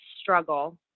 struggle